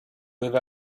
live